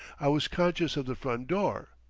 i was conscious of the front door,